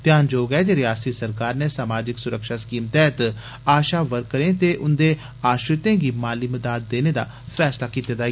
ध्यानजोग ऐ जे रियासती सरकार नै समाजिक सुरक्षा स्कीम तैहत आशा वर्करें ते उन्दे आश्रितें गी माली मदाद देने दा फैसला कीते दा ऐ